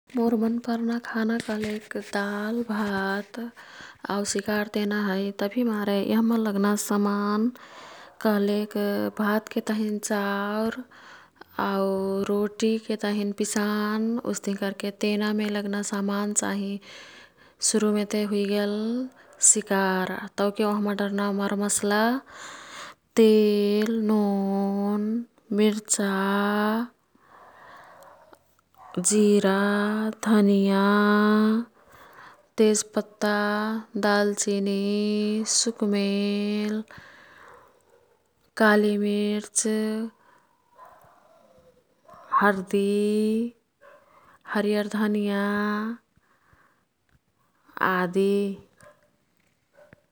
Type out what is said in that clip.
मोर् मन पर्ना खाना कह्लेक दाल, भात आऊ सिकार तेना है। तभिमारे यह्मा लग्ना समान कह्लेक भातके तहिन चाउर। आऊ रोटीके तहिन पिसान। उस्ती कर्के तेनामे लग्ना समान चाहिँ सुरुमेते हुइगेल सिकार। तौके ओह्मा डर्ना मरमसला तेल, नोन, मिर्चा, जिरा, धनियाँ, तेजपत्ता, दालचिनी, सुकमेल, कालीमिर्च, हर्दि, हरियर धनियाँ आदि।